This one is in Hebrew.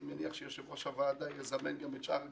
אני מניח שיושב-ראש הוועדה יזמן גם את שאר הגופים,